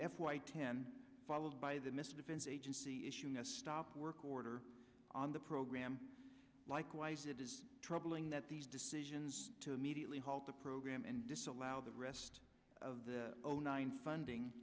f y ten followed by the missile defense agency issuing a stop work order on the program likewise it is troubling that these decisions to immediately halt the program and disallow the rest of the zero nine funding